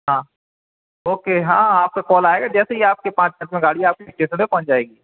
हाँ ओके हाँ आपका कॉल आएगा जैसे ही आपके पास तक में गाड़ी आप इस्टेसन पर पहुंच जाएगी